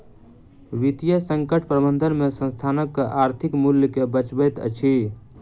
वित्तीय संकट प्रबंधन में संस्थानक आर्थिक मूल्य के बचबैत अछि